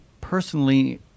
personally